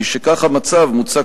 משכך המצב מוצע,